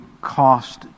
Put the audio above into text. cost